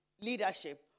leadership